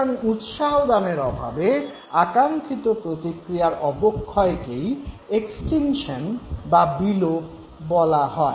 সুতরাং উৎসাহদানের অভাবে আকাঙ্ক্ষিত প্রতিক্রিয়ার অবক্ষয়কে এক্সটিঙ্কশন বা বিলোপ বলা হয়